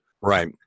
Right